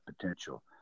potential